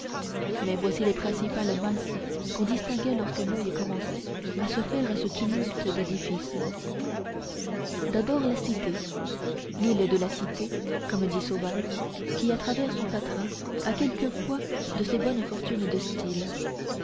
mais voici les principales masses qu'on distinguait lorsque l'oeil commençait à se faire à ce tumulte d'édifices d'abord la cité l'île de la cité comme dit sauval qui à travers son fatras a quelquefois de ces bonnes fortunes de style